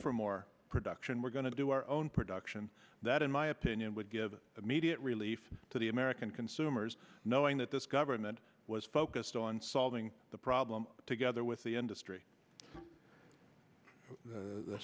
for more production we're going to do our own production that in my opinion would give the media relief to the american consumers knowing that this government was focused on solving the problem together with the industry